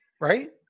Right